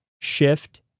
Shift